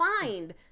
find